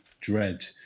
dread